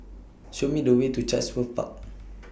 Show Me The Way to Chatsworth Far